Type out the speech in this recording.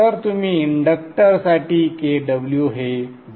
तर तुम्ही इंडक्टरसाठी kw हे 0